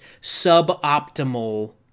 suboptimal